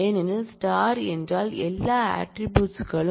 ஏனெனில் ஸ்டார் என்றால் எல்லா ஆட்ரிபூட்ஸ் களும்